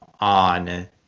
on